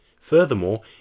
Furthermore